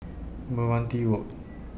Meranti Road